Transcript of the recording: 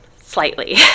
slightly